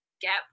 gap